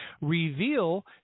reveal